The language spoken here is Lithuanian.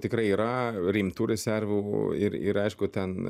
tikrai yra rimtų rezervų ir ir aišku ten